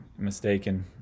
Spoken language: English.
mistaken